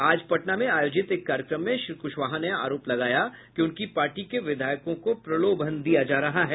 आज पटना में आयोजित एक कार्यक्रम में श्री क्शवाहा ने आरोप लगाया कि उनकी पार्टी के विधायकों को प्रलोभन दिया जा रहा है